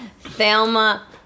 Thelma